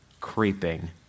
creeping